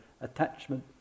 attachment